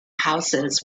houses